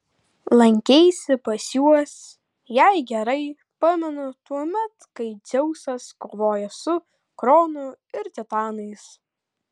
lankeisi pas juos jei gerai pamenu tuomet kai dzeusas kovojo su kronu ir titanais